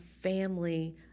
family